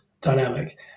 dynamic